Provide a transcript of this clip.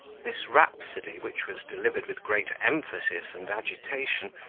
this rhapsody, which was delivered with great emphasis and agitation,